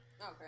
Okay